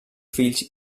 fills